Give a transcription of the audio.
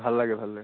ভাল লাগে ভাল লাগে